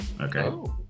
okay